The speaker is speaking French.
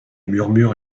murmures